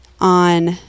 on